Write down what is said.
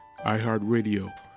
iHeartRadio